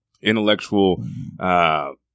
intellectual